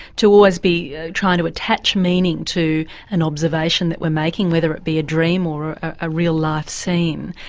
to always be trying to attach meaning to an observation that we're making, whether it be a dream or a real life scene,